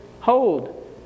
hold